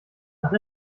nach